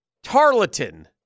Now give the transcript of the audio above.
Tarleton